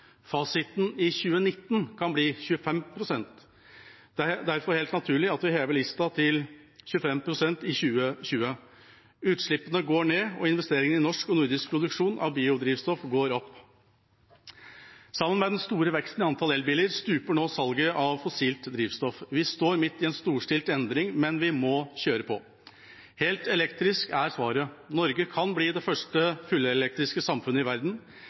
Fasiten for 2019 kan bli 25 pst. Det er derfor helt naturlig at vi hever lista til 25 pst. i 2020. Utslippene går ned, og investeringene i norsk og nordisk produksjon av biodrivstoff går opp. Sammen med den store veksten i antall elbiler stuper nå salget av fossilt drivstoff. Vi står midt i en storstilt endring, men vi må kjøre på. Helt elektrisk er svaret. Norge kan bli det første fullelektriske samfunnet i verden.